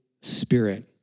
Spirit